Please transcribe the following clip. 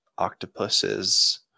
octopuses